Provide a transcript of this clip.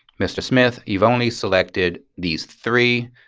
mr. smith, you've only selected these three.